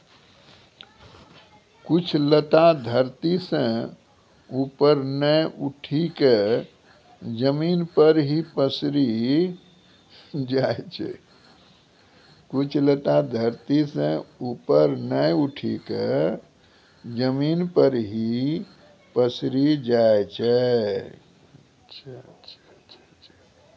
कुछ लता धरती सं ऊपर नाय उठी क जमीन पर हीं पसरी जाय छै